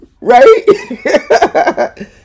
right